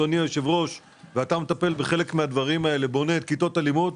אדוני היושב-ראש ואתה מטפל בחלק מהדברים האלה בונה את כיתות הלימוד,